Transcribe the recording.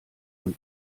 man